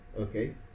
Okay